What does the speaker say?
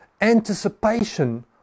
anticipation